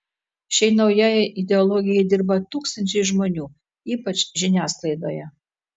šiai naujajai ideologijai dirba tūkstančiai žmonių ypač žiniasklaidoje